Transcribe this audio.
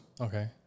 Okay